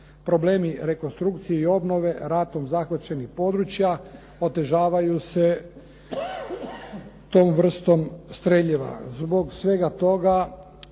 Problemi rekonstrukcije i obnove ratom zahvaćenih područja otežavaju se tom vrstom streljiva. Zbog svega toga,